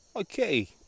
Okay